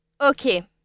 Okay